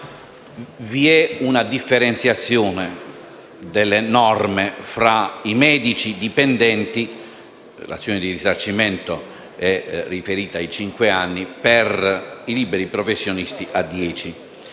vi è una differenziazione delle norme fra i medici dipendenti, per i quali l'azione di risarcimento è riferita ai cinque anni, e i liberi professionisti, per